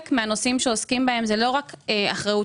חלק מן הנושאים שעוסקים בהם הם לא רק אחריות